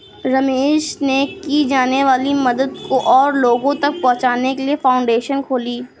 रमेश ने की जाने वाली मदद को और लोगो तक पहुचाने के लिए फाउंडेशन खोली